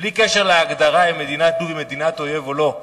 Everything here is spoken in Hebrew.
בלי קשר לשאלה אם לוב מוגדרת כמדינת אויב או לא,